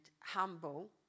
humble